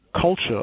culture